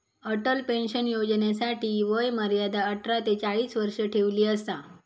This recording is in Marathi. अटल पेंशन योजनेसाठी वय मर्यादा अठरा ते चाळीस वर्ष ठेवली असा